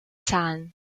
zahlen